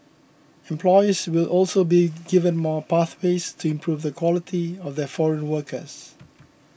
employers will also be given more pathways to improve the quality of their foreign workers